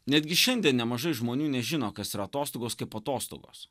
netgi šiandien nemažai žmonių nežino kas yra atostogos kaip atostogos